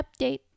update